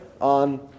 on